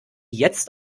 jetzt